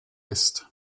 ist